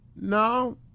No